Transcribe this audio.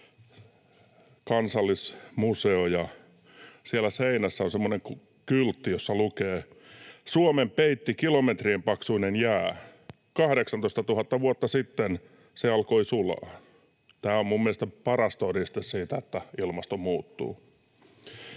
Kansallismuseo, ja siellä seinässä on semmoinen kyltti, jossa lukee: ”Suomen peitti kilometrien paksuinen jää. 18 000 vuotta sitten se alkoi sulaa.” Tämä on mielestäni paras todiste siitä, että ilmasto muuttuu.